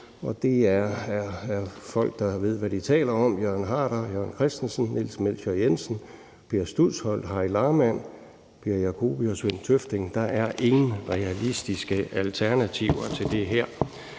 og det er folk, der ved, hvad de taler om, nemlig Jørgen Harder, Jørgen Kristensen, Niels Melchior Jensen, Per Studsholm, Harry Lahrmann, Per Jacobi og Svend Tøfting. Der er ingen realistiske alternativer til det her.